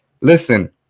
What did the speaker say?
listen